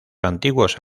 antiguos